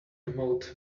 remote